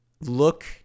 look